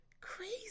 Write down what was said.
Crazy